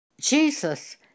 Jesus